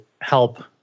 help